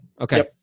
Okay